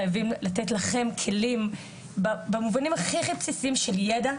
חייבים לתת לכם כלים במובנים הכי הכי בסיסיים של ידע.